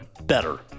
better